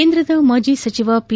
ಕೇಂದ್ರದ ಮಾಜಿ ಸಚಿವ ಪಿ